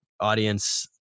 audience